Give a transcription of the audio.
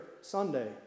Sunday